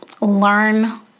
learn